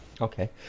Okay